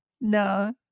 No